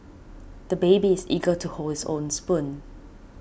the baby is eager to hold his own spoon